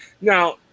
Now